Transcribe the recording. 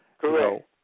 Correct